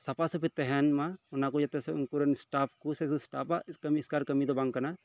ᱥᱟᱯᱷᱟ ᱥᱟᱹᱯᱷᱤ ᱛᱟᱦᱮᱱ ᱢᱟ ᱚᱱᱟ ᱠᱚ ᱡᱟᱛᱮ ᱩᱱᱠᱩᱨᱮᱱ ᱥᱴᱟᱯ ᱠᱚ ᱥᱮ ᱥᱴᱟᱯ ᱟᱜ ᱠᱟᱢᱤ ᱮᱥᱠᱟᱨ ᱠᱟᱹᱢᱤ ᱫᱚ ᱵᱟᱝ ᱠᱟᱱᱟ